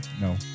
no